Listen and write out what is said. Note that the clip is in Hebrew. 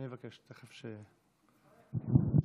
בבקשה, אדוני.